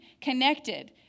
connected